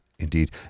Indeed